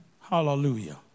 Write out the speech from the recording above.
Hallelujah